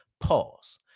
Pause